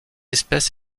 espèce